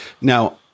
Now